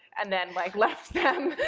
and then like left them,